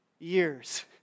Years